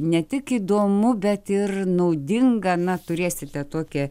ne tik įdomu bet ir naudinga na turėsite tokią